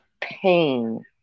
pain